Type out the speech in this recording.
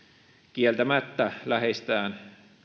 kieltämättä läheisestään